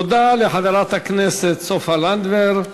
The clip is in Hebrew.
תודה לחברת הכנסת סופה לנדבר.